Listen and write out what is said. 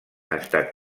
estat